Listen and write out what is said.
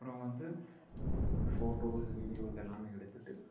அப்பறம் வந்து photos videos எல்லாமே எடுத்துட்டு